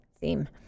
theme